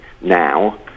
now